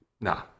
Nah